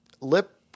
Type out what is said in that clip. lip